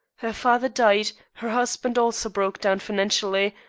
her father died her husband also broke down financially,